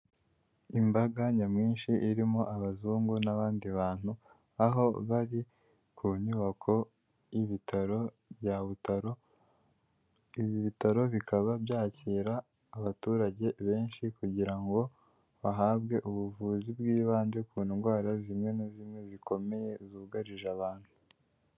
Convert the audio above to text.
Imbaga nyamwinshi irimo abazungu n'abandi bantu, aho bari ku nyubako y'ibitaro bya Butaro, ibi bitaro bikaba byakira abaturage benshi, kugira ngo bahabwe ubuvuzi bw'ibanze ku ndwara zimwe na zimwe zikomeye zugarije abantu.